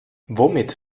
womit